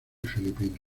filipinas